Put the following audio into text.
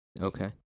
Okay